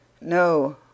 No